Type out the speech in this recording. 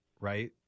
right